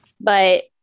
But-